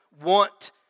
want